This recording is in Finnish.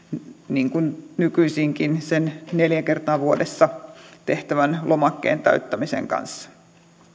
niin kuin nykyisinkin sen neljä kertaa vuodessa tehtävän lomakkeen täyttämisen kanssa